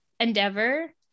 Endeavor